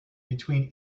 between